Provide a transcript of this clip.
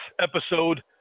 episode